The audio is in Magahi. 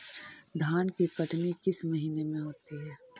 धान की कटनी किस महीने में होती है?